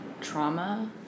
trauma